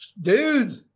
dude